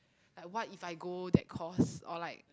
like what if I go that course or like